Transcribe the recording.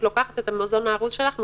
לוקחת את המזון הארוז שלך,